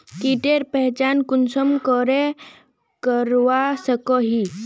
कीटेर पहचान कुंसम करे करवा सको ही?